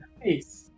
Nice